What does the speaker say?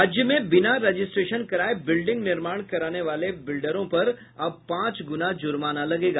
राज्य में बिना रजिस्ट्रेशन कराये बिल्डिंग निर्माण कराने वाले बिल्डिरों पर अब पांच गुना जुर्माना लगेगा